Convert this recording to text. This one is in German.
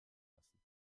lassen